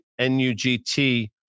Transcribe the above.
NUGT